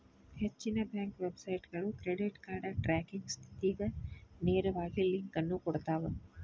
ಹೆಚ್ಚಿನ ಬ್ಯಾಂಕ್ ವೆಬ್ಸೈಟ್ಗಳು credit card tracking ಸ್ಥಿತಿಗ ನೇರವಾಗಿ ಲಿಂಕ್ ಅನ್ನು ಕೊಡ್ತಾವ